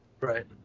Right